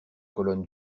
colonne